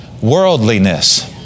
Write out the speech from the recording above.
Worldliness